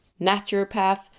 naturopath